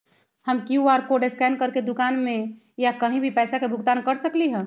हम QR code scan करके दुकान में या कहीं भी पैसा के भुगतान कर सकली ह?